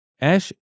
ash